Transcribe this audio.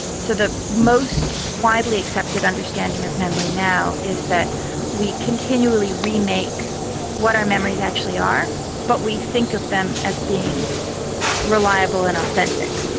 so the most widely accepted understanding of memory now is that we continually remake what our memories actually are but we think of them as being reliable and authentic.